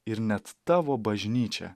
ir net tavo bažnyčia